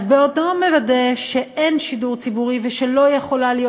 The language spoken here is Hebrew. אז בעודו מוודא שאין שידור ציבורי ושלא יכולה להיות